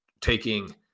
taking